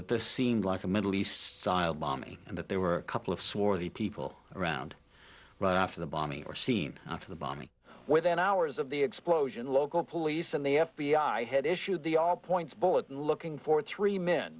that this seemed like the middle east sile bombing and that there were a couple of swarthy people around right after the bombing or seen after the bombing within hours of the explosion local police and the f b i had issued they are points bulletin looking for three men